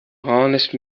honest